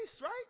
right